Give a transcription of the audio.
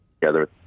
together